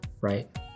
Right